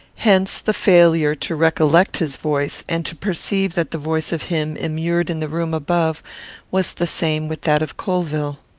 hence the failure to recollect his voice, and to perceive that the voice of him immured in the room above was the same with that of colvill.